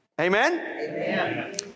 Amen